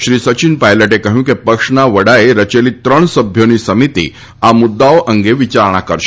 શ્રી સચીન પાયલટે કહ્યું કે પક્ષના વડાએ રચેલી ત્રણ સભ્યોની સમિતિ આ મુદ્દાઓ અંગે વિયારણા કરશે